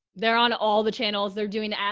they're on all the channels they're doing, ah,